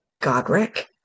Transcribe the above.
Godric